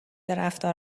رفتار